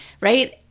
right